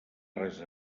res